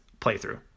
playthrough